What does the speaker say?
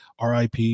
RIP